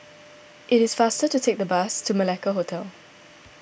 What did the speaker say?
it is faster to take the bus to Malacca Hotel